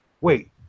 wait